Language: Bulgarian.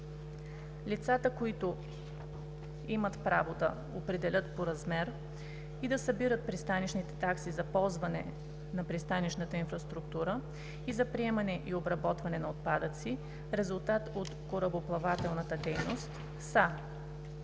лицата, които имат право да определят по размер и да събират пристанищните такси за ползване на пристанищната инфраструктура и за приемане и обработване на отпадъци – резултат от корабоплавателна дейност, са: